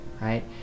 right